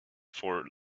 for